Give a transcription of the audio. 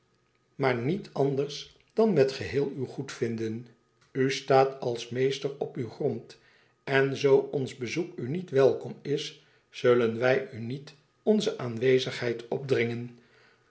maar niet anders dan met geheel uw goedvinden u staat als meester op uw grond en zoo ons bezoek u niet welkom is zullen wij u niet onze aanwezigheid opdringen